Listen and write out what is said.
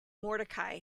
mordechai